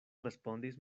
respondis